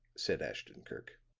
said ashton-kirk.